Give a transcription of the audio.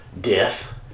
death